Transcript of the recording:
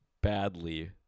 badly